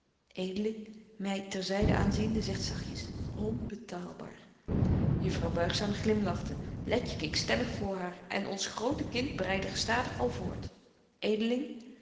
ter zyden aanziende zegt zagtjes onbetaalbaar juffrouw buigzaam glimlachte letje keek stemmig voor haar en ons grote kind breidde gestadig al voort